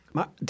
Maar